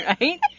Right